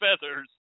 feathers